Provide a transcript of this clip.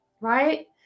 right